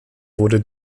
wurde